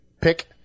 pick